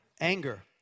Anger